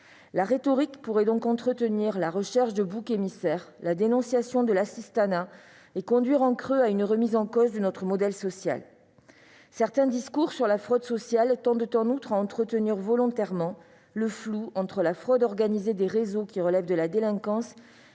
contre la fraude entretient donc la recherche de boucs émissaires, la dénonciation de l'assistanat et conduit, en creux, à une remise en cause de notre modèle social. Certains discours sur la fraude sociale tendent, en outre, à entretenir volontairement le flou entre la fraude organisée des réseaux, qui relève de la délinquance,